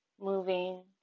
Moving